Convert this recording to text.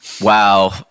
Wow